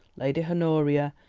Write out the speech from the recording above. lady honoria,